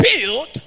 build